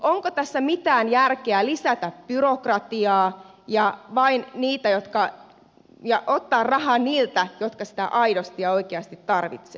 onko tässä mitään järkeä lisätä byrokratiaa ja ottaa rahaa niiltä jotka sitä aidosti ja oikeasti tarvitsevat